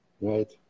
right